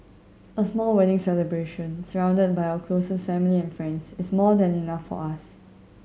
a small wedding celebration surrounded by our closest family and friends is more than enough for us